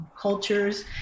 cultures